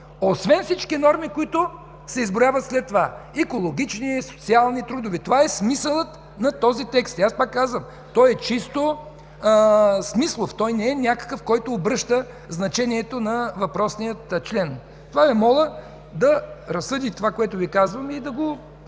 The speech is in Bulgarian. освен всички норми, които се изброяват след това – екологични, социални, трудови. Това е смисълът на този текст. Пак казвам: той е чисто смислов, не е някакъв, който обръща значението на въпросния член. Моля Ви да разсъдите това, което Ви казвам, и да го